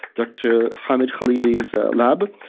dr. hamed khalili's lab.